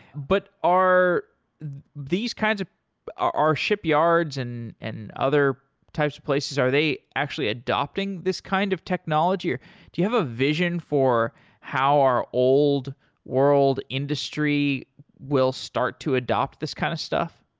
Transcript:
but are these kinds of are shipyards and and other types of places, are they actually adopting this kind of technology, or do you have a vision for how our old world industry will start to adopt this kind of stuff.